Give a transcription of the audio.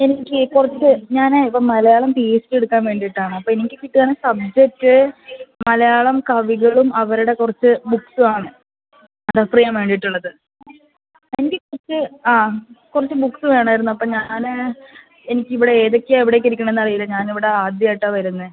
എനിക്ക് കുറച്ച് ഞാൻ ഇപ്പോൾ മലയാളം പി എച്ച് ഡി എടുക്കാൻ വേണ്ടീട്ടാണ് അപ്പോൾ എനിക്ക് കിട്ടുവാന്നെങ്കിൽ സബ്ജെക്റ്റ് മലയാളം കവികളും അവരുടെ കുറച്ച് ബുക്സും ആണ് റെഫറ് ചെയ്യാൻ വേണ്ടിയിട്ടുള്ളത് അതിന്റെയീ കുറച്ച് ആ കുറച്ച് ബുക്ക്സ് വേണമായിരുന്നു അപ്പോൾ ഞാൻ എനിക്കിവിടെ ഏതൊക്കെയാ എവിടെയൊക്കെ ഇരിക്കണമെന്ന് അറിയില്ല ഞാൻ ഇവിടെ ആദ്യമായിട്ടാ വരുന്നത്